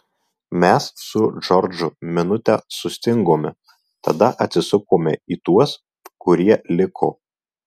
mes su džordžu minutę sustingome tada atsisukome į tuos kurie liko